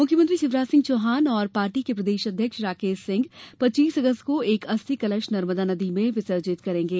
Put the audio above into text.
मुख्यमंत्री शिवराज सिंह चौहान और पार्टी के प्रदेश अध्यक्ष राकेश सिंह पच्चीस अगस्त को एक अस्थि कलश नर्मदा नदी में विसर्जित करेंगे